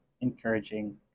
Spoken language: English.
encouraging